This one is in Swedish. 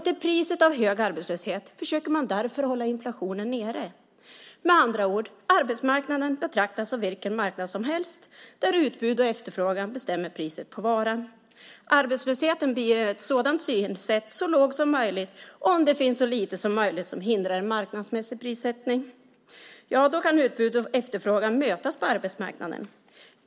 Till priset av hög arbetslöshet försöker man därför hålla inflationen nere. Med andra ord: Arbetsmarknaden betraktas som vilken marknad som helst, där utbud och efterfrågan bestämmer priset på varan. Arbetslösheten blir med ett sådant synsätt så låg som möjligt om det finns så lite som möjligt som hindrar en marknadsmässig prissättning. Då kan utbud och efterfrågan mötas på arbetsmarknaden.